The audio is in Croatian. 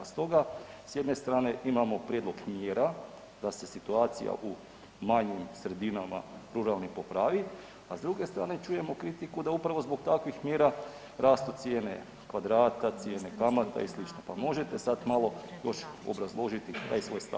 Stoga s jedne strane imamo prijedlog mjera da se situacija u manjim sredinama ruralnim popravi, a s druge strane čujemo kritiku da upravo zbog takvih mjera rastu cijene kvadrata, cijene kamata i slično, pa možete sad malo još obrazložiti taj svoj stav.